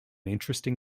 interesting